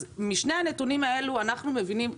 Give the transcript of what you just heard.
אז משני הנתונים האלה אנחנו מבינים,